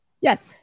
Yes